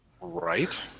right